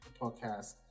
podcast